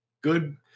good